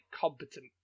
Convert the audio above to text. competent